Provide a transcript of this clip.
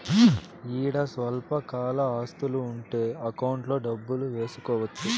ఈడ స్వల్పకాల ఆస్తులు ఉంటే అకౌంట్లో డబ్బులు వేసుకోవచ్చు